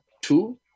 two